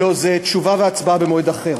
לא, תשובה והצבעה במועד אחר.